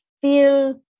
feel